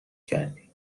کردیم